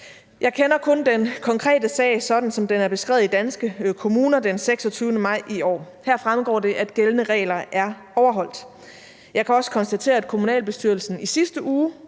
Jeg kender kun den konkrete sag, sådan som den er beskrevet i Danske Kommuner den 26. maj i år. Her fremgår det, at gældende regler er overholdt. Jeg kan også konstatere, at kommunalbestyrelsen i sidste uge